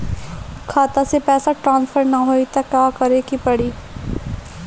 खाता से पैसा ट्रासर्फर न होई त का करे के पड़ी?